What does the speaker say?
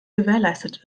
gewährleistet